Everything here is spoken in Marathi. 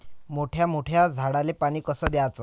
मोठ्या मोठ्या झाडांले पानी कस द्याचं?